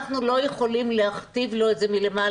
אנחנו לא יכולים להכתיב לו את זה מלמעלה.